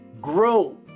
grow